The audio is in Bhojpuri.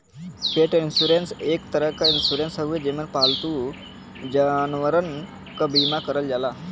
पेट इन्शुरन्स एक तरे क इन्शुरन्स हउवे जेमन पालतू जानवरन क बीमा करल जाला